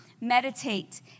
Meditate